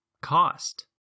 cost